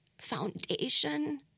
foundation